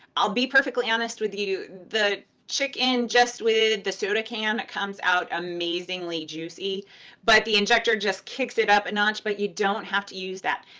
i'll be perfectly honest with you, the chicken just with the soda can, comes out amazingly juicy but the injector just kicks it up a notch but you don't have to use that.